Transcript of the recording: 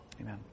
Amen